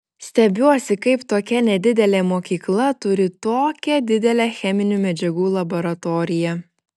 stebiuosi kaip tokia nedidelė mokykla turi tokią didelę cheminių medžiagų laboratoriją